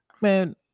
Man